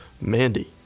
Mandy